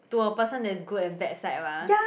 to a person there's good and bad side mah